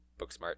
Booksmart